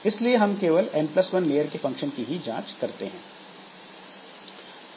इसलिए हम केवल N1 लेयर के फंक्शन की ही जांच करते हैं